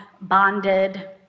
bonded